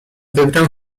wybrał